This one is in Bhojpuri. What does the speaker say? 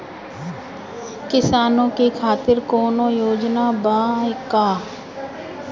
किसानों के खातिर कौनो योजना बा का?